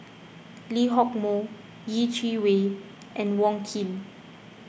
Lee Hock Moh Yeh Chi Wei and Wong Keen